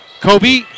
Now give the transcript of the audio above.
Kobe